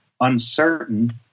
Uncertain